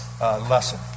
lesson